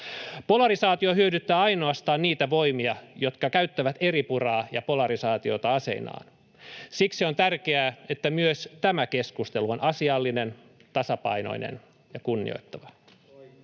Polarisaatio hyödyttää ainoastaan niitä voimia, jotka käyttävät eripuraa ja polarisaatiota aseinaan. Siksi on tärkeää, että myös tämä keskustelu on asiallinen, tasapainoinen ja kunnioittava.